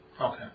Okay